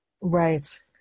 Right